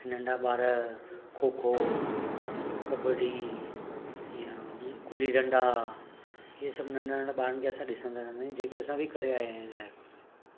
ऐं नंढा ॿार खोखो कबड्डी या गिल्ली डंडा इहे सभु नंढा नंढा ॿारनि खे असां ॾिसंदा रहंदा आहियूं जेके असां बि करे आया आहियूं इलाही